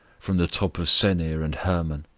from the top of senir and hermon,